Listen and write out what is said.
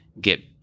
get